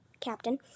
captain